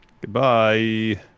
Goodbye